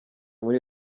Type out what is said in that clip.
muri